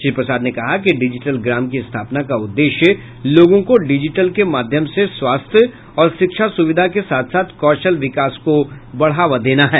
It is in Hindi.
श्री प्रसाद ने कहा कि डिजिटल ग्राम की स्थापना का उद्देश्य लोगों को डिजिटल के माध्यम से स्वास्थ्य और शिक्षा सुविधा के साथ साथ कौशल विकास को बढ़ावा देना है